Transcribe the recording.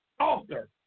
author